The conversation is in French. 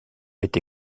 été